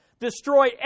Destroy